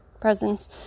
presents